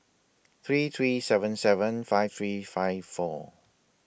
three three seven seven five three five four